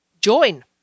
join